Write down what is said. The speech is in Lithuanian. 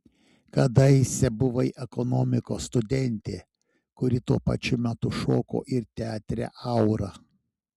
kadaise buvai ekonomikos studentė kuri tuo pačiu metu šoko ir teatre aura